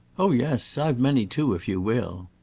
oh yes i've many too, if you will.